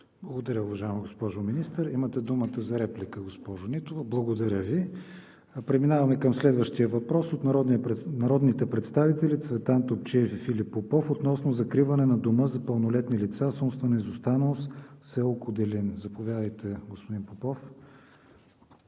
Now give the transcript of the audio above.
Благодаря, уважаема госпожо Министър. Имате думата за реплика, госпожо Нитова. Благодаря Ви. Преминаваме към следващия въпрос от народните представители Цветан Топчиев и Филип Попов относно закриване на Дома за пълнолетни лица с умствена изостаналост в с. Куделин. Заповядайте, господин Попов.